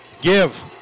give